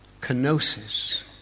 Kenosis